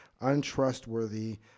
untrustworthy